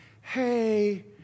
hey